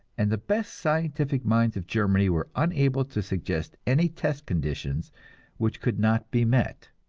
and the best scientific minds of germany were unable to suggest any test conditions which could not be met.